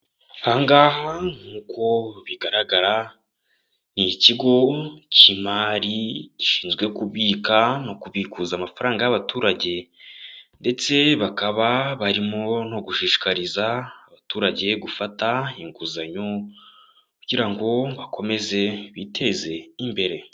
Aha ngaha nk'uko bigaragara, ni ikigo cy'imari gishinzwe kubika no kubikuza amafaranga y'abaturage, ndetse bakaba barimo no gushishikariza abaturage gufata inguzanyo kugira ngo bakomeze biteze imbere.